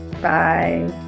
bye